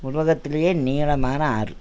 உலகத்துலேயே நீளமான ஆறு